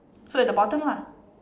so at the bottom lah